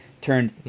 turned